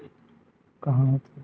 का होथे?